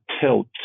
tilt